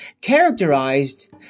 characterized